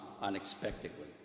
unexpectedly